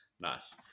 Nice